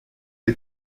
est